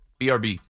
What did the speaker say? BRB